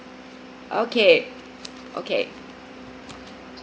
okay okay